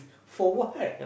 for what